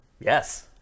Yes